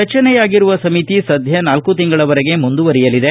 ರಜನೆಯಾಗಿರುವ ಸಮಿತಿ ಸದ್ದ ನಾಲ್ಕು ತಿಂಗಳವರೆಗೆ ಮುಂದುವರೆಯಲಿದೆ